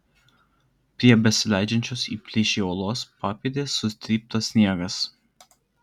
prie besileidžiančios į plyšį uolos papėdės sutryptas sniegas